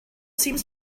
seems